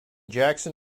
jackson